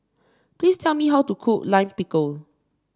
please tell me how to cook Lime Pickle